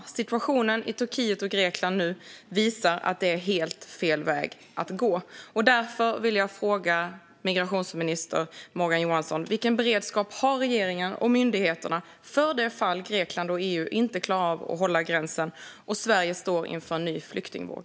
Den nuvarande situationen i Turkiet och Grekland visar att det är helt fel väg att gå. Därför vill jag fråga migrationsminister Morgan Johansson: Vilken beredskap har regeringen och myndigheterna för det fall Grekland och EU inte klarar av att hålla gränsen och Sverige står inför en ny flyktingvåg?